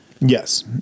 Yes